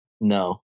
no